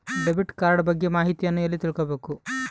Debit card ಬಗ್ಗೆ ಮಾಹಿತಿಯನ್ನ ಎಲ್ಲಿ ತಿಳ್ಕೊಬೇಕು?